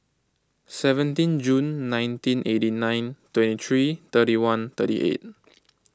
seventeen June nineteen eighty nine twenty three thirty one thirty eight